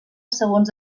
segons